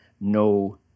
no